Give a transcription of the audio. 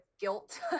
guilt